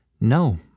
No